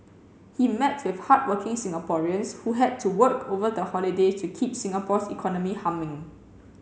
he met with hardworking Singaporeans who had to work over the holidays to keep Singapore's economy humming